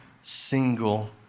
single